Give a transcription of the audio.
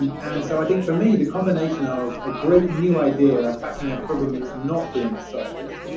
um and so i think for me the combination of a great new idea attacking a problem that's not being solved,